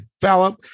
develop